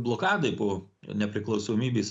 blokadai po nepriklausomybės